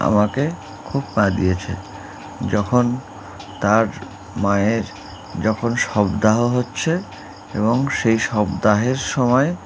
আমাকে খুব কাঁদিয়েছে যখন তার মায়ের যখন সবদাহ হচ্ছে এবং সেই সবদাহের সময়